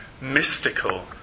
mystical